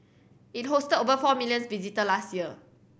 it hosted over four millions visitor last year